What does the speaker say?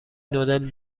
نودل